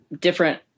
Different